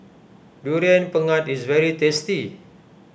Durian Pengat is very tasty